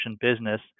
business